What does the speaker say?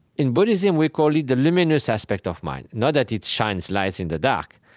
in buddhism, we call it the luminous aspect of mind not that it shines light in the dark,